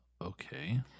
Okay